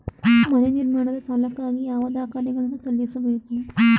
ಮನೆ ನಿರ್ಮಾಣದ ಸಾಲಕ್ಕಾಗಿ ಯಾವ ದಾಖಲೆಗಳನ್ನು ಸಲ್ಲಿಸಬೇಕು?